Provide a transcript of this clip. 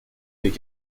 mes